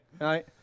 right